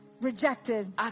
rejected